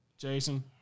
Jason